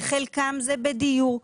לחלקם זה בדיור,